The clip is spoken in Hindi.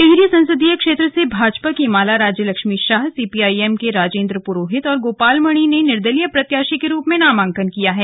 टिहरी संसदीय क्षेत्र से भाजपा की माला राज्य लक्ष्मी शाह सीपीआईएम के राजेंद्र पुरोहित और गोपालमणि ने निर्दलीय प्रत्याशी के रूप में नामांकन किया है